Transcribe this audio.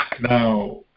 Now